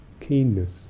keenness